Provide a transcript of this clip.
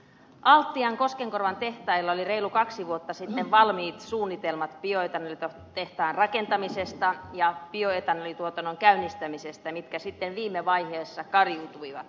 altian koskenkorvan tehtailla oli reilut kaksi vuotta sitten valmiit suunnitelmat bioetanolitehtaan rakentamisesta ja bioetanolituotannon käynnistämisestä mitkä sitten viime vaiheessa kariutuivat